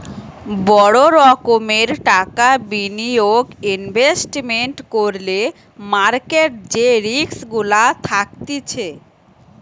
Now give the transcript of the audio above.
বড় রোকোমের টাকা বিনিয়োগ ইনভেস্টমেন্ট করলে মার্কেট যে রিস্ক গুলা থাকতিছে